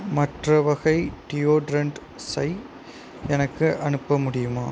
மற்ற வகை டியோட்ரண்ட்ஸை எனக்கு அனுப்ப முடியுமா